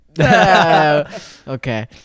okay